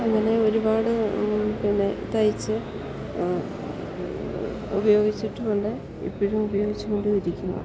അങ്ങനെ ഒരുപാട് പിന്നെ തയ്ച്ചു ഉപയോഗിച്ചിട്ടുണ്ട് ഇപ്പോഴും ഉപയോഗിച്ചു കൊണ്ടിരിക്കുന്നു